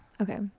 Okay